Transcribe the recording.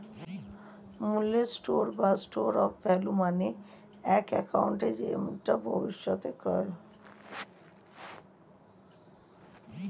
মূল্যের স্টোর বা store of value মানে এক অ্যাসেট যেটা ভবিষ্যতে ক্রয় হয়